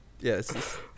Yes